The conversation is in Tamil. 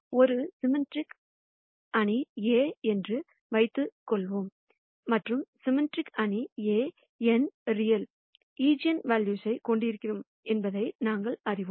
ஒரு சிம்மெட்ரிக் அணி A என்று வைத்துக் கொள்வோம் இருப்பதாக வைத்துக்கொள்வோம் மற்றும் சிம்மெட்ரிக் அணி A n ரியல் ஈஜென்வெல்யூக்கள் கொண்டிருக்கும் என்பதை நாங்கள் அறிவோம்